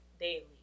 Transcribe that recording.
daily